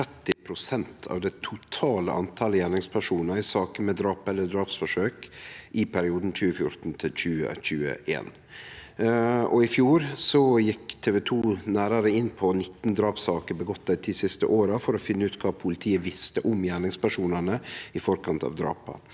30 pst. av det totale talet på gjerningspersonar i saker med drap eller drapsforsøk i perioden 2014–2021. I fjor gjekk TV 2 nærare inn på 19 drapssaker frå dei ti siste åra for å finne ut kva politiet visste om gjerningspersonane i forkant av drapa.